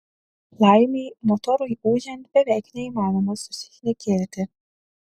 laimei motorui ūžiant beveik neįmanoma susišnekėti